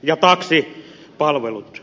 ja taksipalvelut